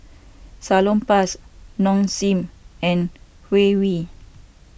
Salonpas Nong Shim and Huawei